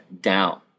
down